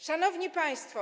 Szanowni Państwo!